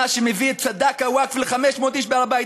מה שמביא את סד"כ הווקף ל־500 איש בהר-הבית.